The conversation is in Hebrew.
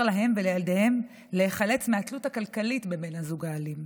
להן ולילדיהן להיחלץ מהתלות הכלכלית בבן הזוג האלים.